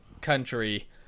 country